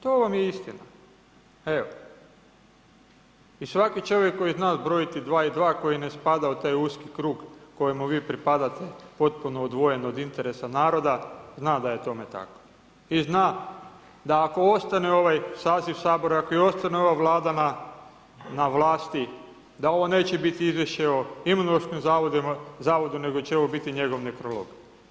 To vam je istina, evo, i svaki čovjek koji zna zbrojiti dva i dva koji ne spada u taj uski krug kojemu vi pripadate, potpuno odvojen od interesa naroda, zna da je tome tako i zna ako ostane u ovaj saziv sabora, ako ostane i ova Vlada na vlasti, da ovo neće biti izvješće o Imunološkom zavodu, nego će ovo biti njegov nekrolog.